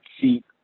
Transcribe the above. seat